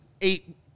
eight